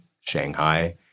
Shanghai